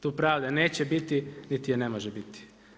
Tu pravde neće biti niti je ne može biti.